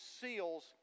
seals